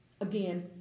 again